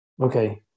okay